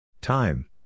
Time